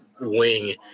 wing